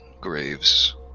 graves